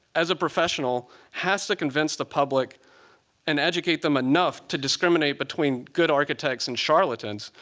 as a professional, has to convince the public and educate them enough to discriminate between good architects and charlatans.